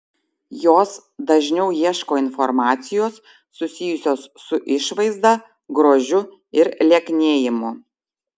jos dažniau ieško informacijos susijusios su išvaizda grožiu ir lieknėjimu